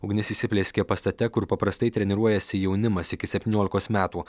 ugnis įsiplieskė pastate kur paprastai treniruojasi jaunimas iki septyniolikos metų